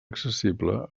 accessible